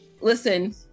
listen